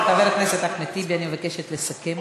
חבר הכנסת אחמד טיבי, אני מבקשת לסכם.